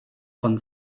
von